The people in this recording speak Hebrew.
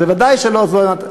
אז ודאי שלא זו,